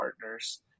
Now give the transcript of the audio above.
partners